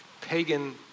pagan